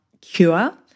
cure